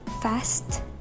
fast